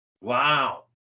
Wow